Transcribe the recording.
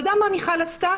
אתה יודע מה מיכל עשתה?